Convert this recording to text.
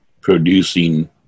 producing